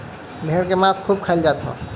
भेड़ के मांस खूब खाईल जात हव